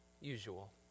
usual